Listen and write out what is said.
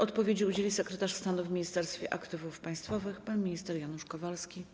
Odpowiedzi udzieli sekretarz stanu w Ministerstwie Aktywów Państwowych pan minister Janusz Kowalski.